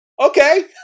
Okay